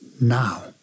Now